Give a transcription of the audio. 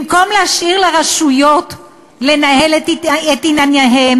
במקום להשאיר לרשויות לנהל את ענייניהן,